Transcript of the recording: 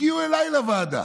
הגיעו אליי לוועדה,